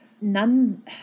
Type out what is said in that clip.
None